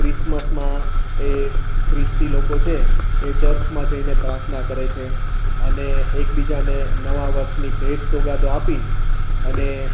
ક્રિસમસમાં એ ખ્રિસ્તી લોકો છે એ ચર્ચમાં જઈને પ્રાર્થના કરે છે અને એકબીજાને નવા વર્ષની ભેટ સોગાદો આપી અને